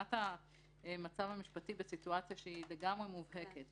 מבחינת המצב המשפטי אנחנו בסיטואציה לגמרי מובהקת.